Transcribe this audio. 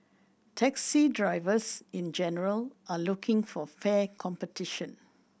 taxi drivers in general are looking for fair competition